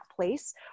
place